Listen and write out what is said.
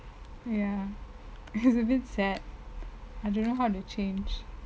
ya it's abit sad I don't know how to change